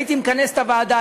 הייתי מכנס את הוועדה,